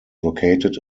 located